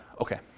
Okay